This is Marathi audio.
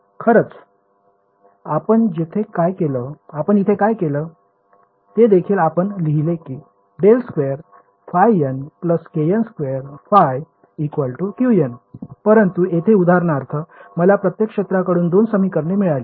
खरंच आपण तिथे काय केलं ते देखील आपण लिहिले कि ∇2ϕn kn2 ϕ Qn परंतु येथे उदाहरणार्थ मला प्रत्येक क्षेत्राकडून दोन समीकरणे मिळाली